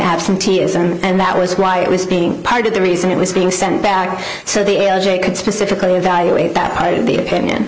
absenteeism and that was riotous being part of the reason it was being sent back to the l j could specifically evaluate that the opinion